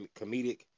comedic